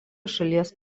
šalies